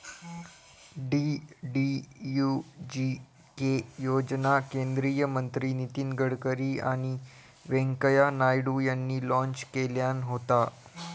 DDUGK योजना केंद्रीय मंत्री नितीन गडकरी आणि व्यंकय्या नायडू यांनी लॉन्च केल्यान होता